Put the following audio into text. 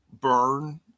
burn